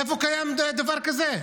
איפה קיים דבר כזה?